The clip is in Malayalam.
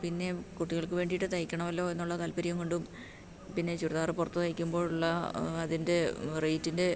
പിന്നെ കുട്ടികൾക്ക് വേണ്ടീട്ട് തയ്ക്കണമല്ലോ എന്നുള്ള താല്പര്യം കൊണ്ടും പിന്നെ ചുരിദാറ് പുറത്ത് തയ്ക്കുമ്പോഴുള്ള അതിൻ്റെ റേറ്റിൻ്റെ